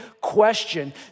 question